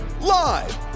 live